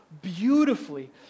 beautifully